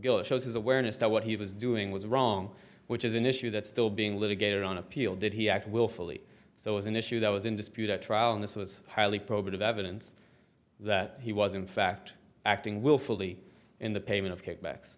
guilt shows his awareness that what he was doing was wrong which is an issue that's still being litigated on appeal did he act willfully so as an issue that was in dispute at trial and this was highly probative evidence that he was in fact acting willfully in the payment of kickbacks